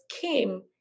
came